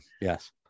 Yes